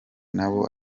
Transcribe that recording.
nabo